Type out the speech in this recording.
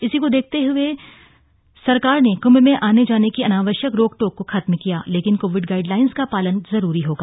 इसी को देखते हए सरकार ने कृंभ में आने जाने की अनावश्यक रोक टोक को खत्म किया है लेकिन कोविड गाइडलाइंस का पालन जरूरी होगा